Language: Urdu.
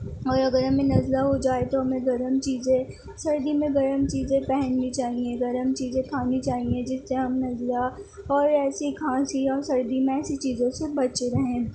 اور اگر ہمیں نزلہ ہو جائے تو ہمیں گرم چیزیں سردی میں گرم چیزیں پہننی چاہیے گرم چیزیں کھانی چاہیے جس سے ہم نزلہ اور ایسی کھانسی اور سردی میں ایسی چیزوں سے بچے رہیں